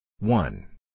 One